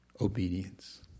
obedience